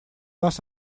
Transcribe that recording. нас